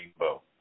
rainbow